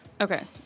Okay